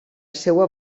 seva